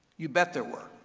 you bet there were.